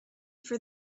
for